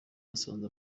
basanze